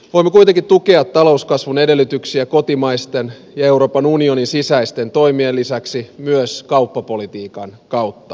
voimme kuitenkin tukea talouskasvun edellytyksiä kotimaisten ja euroopan unionin sisäisten toimien lisäksi myös kauppapolitiikan kautta